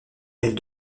elle